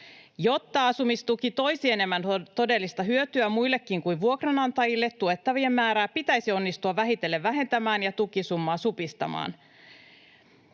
Jotta asumistuki toisi enemmän todellista hyötyä muillekin kuin vuokranantajille, tuettavien määrää pitäisi onnistua vähitellen vähentämään ja tukisummaa supistamaan.”